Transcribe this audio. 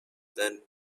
than